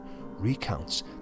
recounts